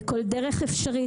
בכל דרך אפשרית,